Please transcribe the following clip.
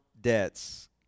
debts